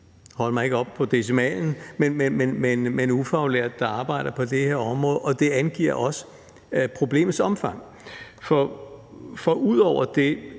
hæng mig ikke op på decimalen – ufaglærte, der arbejder på det her område, og det angiver også problemets omfang. For ud over den